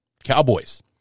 Cowboys